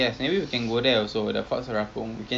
dia tak panas sangat and ya